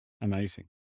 Amazing